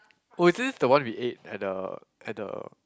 oh is this the one we ate at the at the